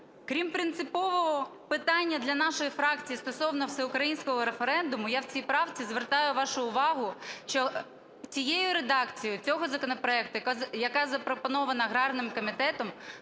Крім принципового питання для нашої фракції стосовно всеукраїнського референдуму я в цій правці звертаю вашу увагу, що цією редакцією цього законопроекту, яка запропонована аграрним комітетом